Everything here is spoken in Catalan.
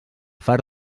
far